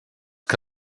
que